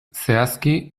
zehazki